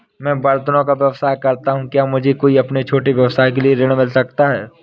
मैं बर्तनों का व्यवसाय करता हूँ क्या मुझे अपने छोटे व्यवसाय के लिए ऋण मिल सकता है?